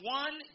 one